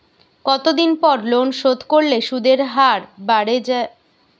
কতদিন পর লোন শোধ করলে সুদের হার বাড়ে য়ায়?